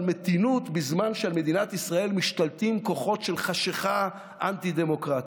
מתינות בזמן שעל מדינת ישראל משתלטים כוחות של חשכה אנטי-דמוקרטית.